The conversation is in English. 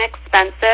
inexpensive